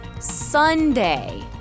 Sunday